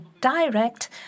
direct